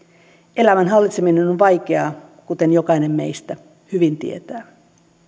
elämän hallitseminen on on vaikeaa kuten jokainen meistä hyvin tietää